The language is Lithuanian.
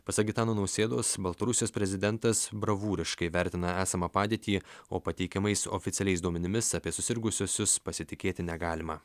pasak gitano nausėdos baltarusijos prezidentas bravūriškai vertina esamą padėtį o pateikiamais oficialiais duomenimis apie susirgusiuosius pasitikėti negalima